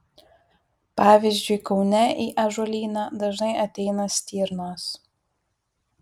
pavyzdžiui kaune į ąžuolyną dažnai ateina stirnos